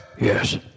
Yes